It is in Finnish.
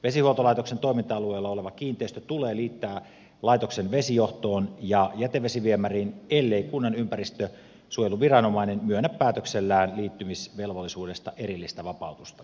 vesihuoltolaitoksen toiminta alueella oleva kiinteistö tulee liittää laitoksen vesijohtoon ja jätevesiviemäriin ellei kunnan ympäristönsuojeluviranomainen myönnä päätöksellään liittymisvelvollisuudesta erillistä vapautusta